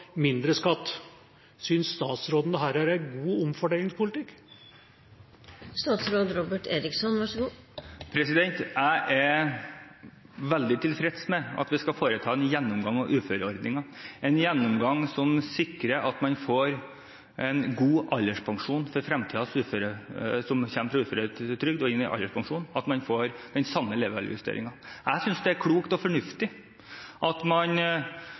mindre skatt. Synes statsråden dette er en god omfordelingspolitikk? Jeg er veldig tilfreds med at vi skal foreta en gjennomgang av uføreordningen – en gjennomgang som sikrer en god alderspensjon for dem som går fra uføretrygd og til alderspensjon, og at man får den samme levealdersjusteringen. Jeg synes det er klokt og fornuftig at